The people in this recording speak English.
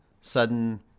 sudden